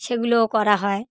সেগুলোও করা হয়